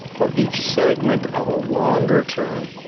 or each segment of a longer term,